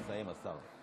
נא לסיים, השר.